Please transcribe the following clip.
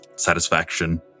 satisfaction